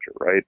right